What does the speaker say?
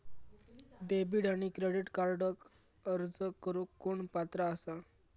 Debit आणि credit कार्डक अर्ज करुक कोण पात्र आसा?